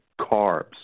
carbs